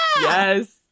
Yes